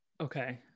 okay